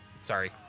Sorry